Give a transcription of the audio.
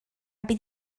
bydd